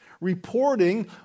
Reporting